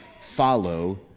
follow